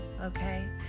okay